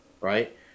right